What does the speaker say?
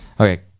Okay